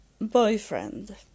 boyfriend